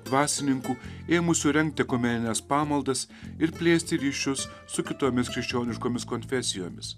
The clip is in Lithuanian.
dvasininkų ėmusių rengti ekumenines pamaldas ir plėsti ryšius su kitomis krikščioniškomis konfesijomis